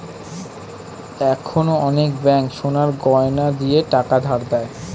এখন অনেক ব্যাঙ্ক সোনার গয়না নিয়ে টাকা ধার দেয়